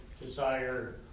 desire